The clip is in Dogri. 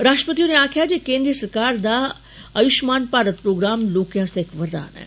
रॉश्ट्रपति होरें आक्खेआ जे केन्द्र सराकर दा आयुश्मान भारत प्रोग्राम लोकें आस्ते इक वरदान ऐ